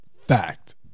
Fact